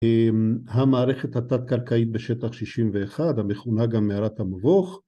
המערכת התת-קרקעית בשטח 61, המכונה גם מערת המבוך.